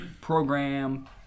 program